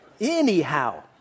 anyhow